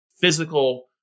physical